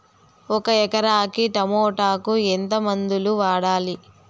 ఒక ఎకరాకి టమోటా కు ఎంత మందులు వాడాలి?